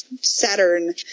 Saturn